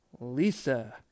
Lisa